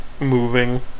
moving